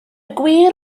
gwir